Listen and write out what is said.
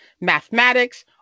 mathematics